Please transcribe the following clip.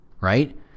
right